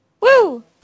Woo